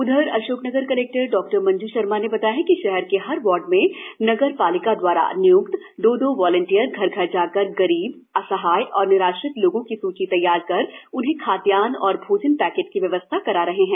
उधर अशोकनगर कलेक्टर डॉ मंजू शर्मा ने बताया है कि शहर के हर वार्ड में नगरपालिका द्वारा निय्क्त दो दो वालेटिंयर घर घर जाकर गरीब असहाय एवं निराश्रित लोगों की सूची तैयार कर उन्हें खादयान्न एवं भोजन पैकेट की व्यवस्था करा रहे है